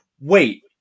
wait